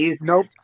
nope